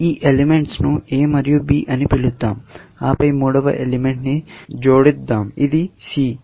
ఈ ఎలెమెంట్స్ ను A మరియు B అని పిలుద్దాం ఆపై మూడవ ఎలిమెంట్ ని జోడిద్దాం ఇది C